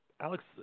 Alex